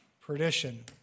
perdition